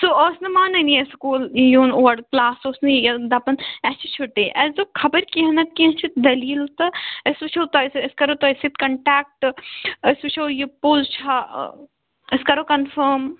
سُہ اوس نہٕ مانانٕے اسہِ سکوٗل یُن اور کٕلاس اوس نہٕ یہِ دَپان اسہِ چھِ چھُٹی اَسہِ دوٚپ خَبَر کیٚنٛہہ نَتہٕ کیٚنٛہہ چھِ دٔلیٖل تہٕ أسۍ وُچھو تۄہہِ سۭتۍ أسۍ کَرو تۄہہِ سۭتۍ کَنٹیکٹہٕ أسۍ وُچھو یہِ پوٚز چھا أسۍ کَرو کَنفٲرم